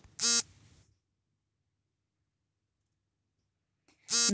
ನಾಲ್ಕು ಮುಖ್ಯ ರೀತಿಯ ಉಳಿತಾಯ ಖಾತೆಗಳಲ್ಲಿ ಯಾವುದನ್ನು ಆಯ್ಕೆ ಮಾಡಬೇಕು?